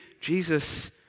Jesus